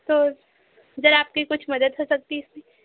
تو ذرا آپ کی کچھ مدد ہو سکتی اس میں